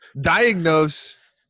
Diagnose